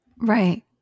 Right